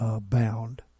bound